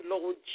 Lord